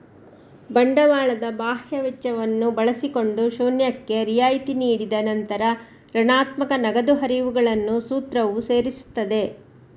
ಬಂಡವಾಳದ ಬಾಹ್ಯ ವೆಚ್ಚವನ್ನು ಬಳಸಿಕೊಂಡು ಶೂನ್ಯಕ್ಕೆ ರಿಯಾಯಿತಿ ನೀಡಿದ ನಂತರ ಋಣಾತ್ಮಕ ನಗದು ಹರಿವುಗಳನ್ನು ಸೂತ್ರವು ಸೇರಿಸುತ್ತದೆ